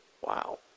Wow